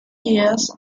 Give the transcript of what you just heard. years